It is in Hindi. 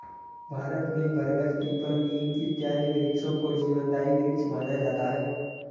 भारत में बरगद पीपल नीम इत्यादि वृक्षों को जीवनदायी वृक्ष माना जाता है